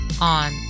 on